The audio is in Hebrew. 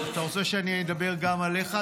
אתה רוצה שאני אדבר גם עליך?